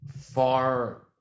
far